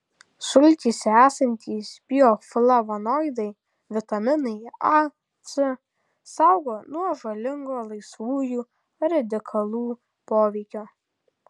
sultyse esantys bioflavonoidai vitaminai a c saugo nuo žalingo laisvųjų radikalų poveikio